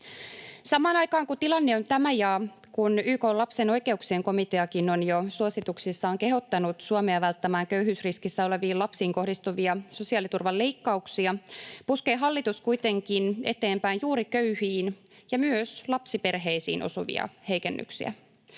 Samaan aikaan, kun tilanne on tämä ja kun YK:n lapsen oikeuksien komiteakin on suosituksissaan jo kehottanut Suomea välttämään köyhyysriskissä oleviin lapsiin kohdistuvia sosiaaliturvan leikkauksia, puskee hallitus kuitenkin eteenpäin juuri köyhiin ja myös lapsiperheisiin osuvia heikennyksiä,